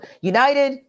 United